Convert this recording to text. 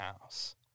house